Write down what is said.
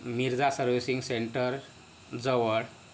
Mirza servicing सेंटरजवळ